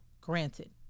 granted